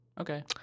Okay